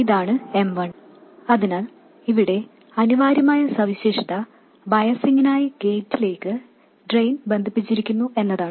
ഇത് M1 അതിനാൽ ഇവിടെ അനിവാര്യമായ സവിശേഷത ബയാസിങ്ങിനായി ഗേറ്റിലേക്ക് ഡ്രെയിൻ ബന്ധിപ്പിച്ചിരിക്കുന്നു എന്നതാണ്